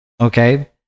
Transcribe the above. okay